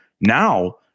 now